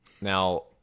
now